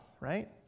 right